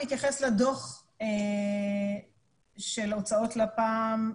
בהתייחס לדוח של הוצאות לפ"מ,